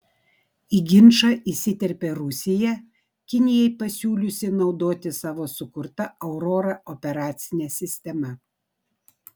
į ginčą įsiterpė rusija kinijai pasiūliusi naudotis savo sukurta aurora operacine sistema